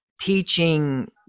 teaching